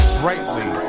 brightly